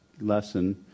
lesson